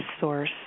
source